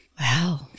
Wow